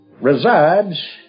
resides